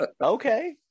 Okay